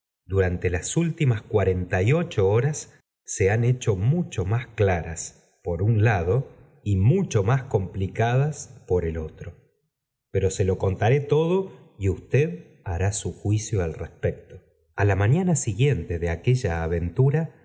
bureute las útunas cuarenta y ocho horas se han hecho mucho más claras poun lado y mu cho más complicadas por el otro pero se lo con taró todo y usted hará su juicio al respecto a ki aigoisot d ventu